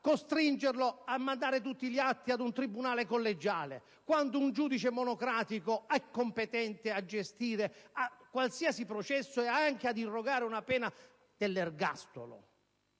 delicata a mandare tutti gli atti ad un tribunale collegiale, quando un giudice monocratico è competente a gestire qualsiasi processo e anche ad irrogare la pena dell'ergastolo?